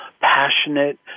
passionate